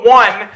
one